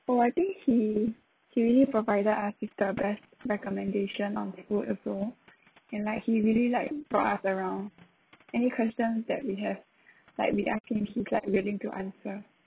oh I think he he really provided us with the best recommendation on food also and like he really like brought us around any questions that we have like we ask him he like willing to answer